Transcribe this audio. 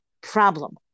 problem